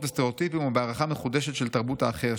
וסטראוטיפים ובהערכה מחודשת של תרבות האחר,